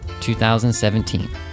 2017